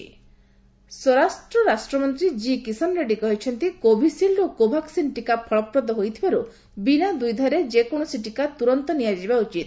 G Kishan red ୀ ସ୍ୱରାଷ୍ଟ୍ର ରାଷ୍ଟ୍ରମନ୍ତ୍ରୀ କି କିଷନରେଡ୍ଜୀ କହିଛନ୍ତି କୋଭିସିଲ୍ଡ ଓ କୋଭାକ୍ସିନ୍ ଟିକା ଫଳପ୍ରଦ ହୋଇଥିବାରୁ ବିନା ଦ୍ୱିଧାରେ ଯେକୌଣସି ଟିକା ତୁରନ୍ତ ନିଆଯିବା ଉଚିତ